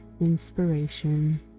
inspiration